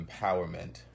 empowerment